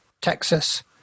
Texas